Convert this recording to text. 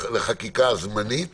לחקיקה זמנית